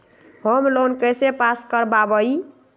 Home loan कैसे pass कर बाबई?